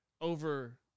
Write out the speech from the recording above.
over